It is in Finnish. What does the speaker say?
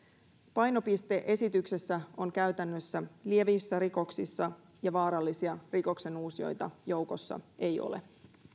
painopiste esityksessä on käytännössä lievissä rikoksissa ja vaarallisia rikoksenuusijoita joukossa ei ole